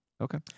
Okay